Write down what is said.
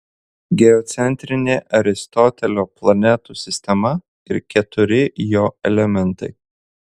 geocentrinė aristotelio planetų sistema ir keturi jo elementai